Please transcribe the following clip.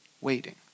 waiting